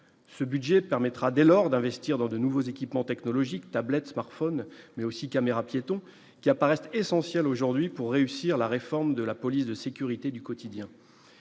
ce budget permettra, dès lors, d'investir dans de nouveaux équipements technologiques tablettes smarphones mais aussi caméras piétons qui apparaissent essentiels aujourd'hui pour réussir la réforme de la police de sécurité du quotidien,